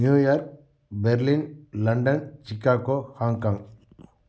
New York Berlin London Chicago Hong Kong